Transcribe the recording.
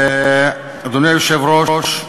אדוני היושב-ראש,